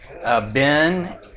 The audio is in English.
Ben